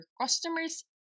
customers